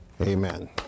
amen